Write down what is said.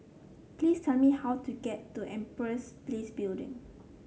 please tell me how to get to Empress Place Building